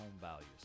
values